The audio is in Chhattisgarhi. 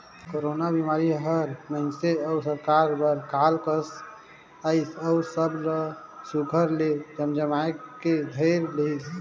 कोरोना बिमारी हर मइनसे अउ सरकार बर काल कस अइस अउ सब ला सुग्घर ले जमजमाए के धइर लेहिस